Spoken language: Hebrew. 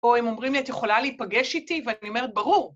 או אם אומרים לי את יכולה להיפגש איתי? ואני אומרת ברור.